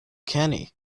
kenny